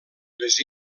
les